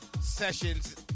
sessions